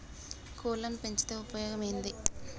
కోళ్లని పెంచితే ఉపయోగం ఏంది?